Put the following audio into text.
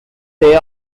they